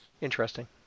Interesting